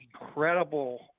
incredible